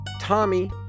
Tommy